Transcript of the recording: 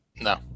No